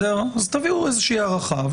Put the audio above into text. תביאו איזה הערכה.